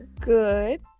good